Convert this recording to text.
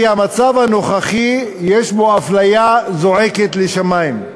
כי המצב הנוכחי, יש בו אפליה זועקת לשמים.